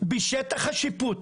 בשטח השיפוט